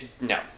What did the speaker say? no